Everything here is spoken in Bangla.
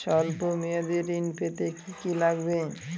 সল্প মেয়াদী ঋণ পেতে কি কি লাগবে?